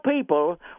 people